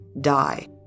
die